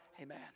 Amen